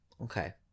okay